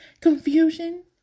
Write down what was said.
confusion